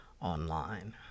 online